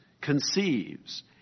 conceives